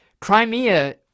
Crimea